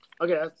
Okay